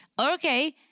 okay